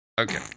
Okay